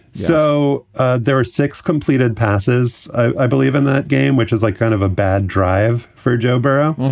so ah there are six completed passes. i believe in that game, which is like kind of a bad drive for joe berra.